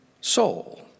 soul